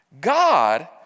God